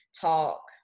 Talk